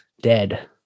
dead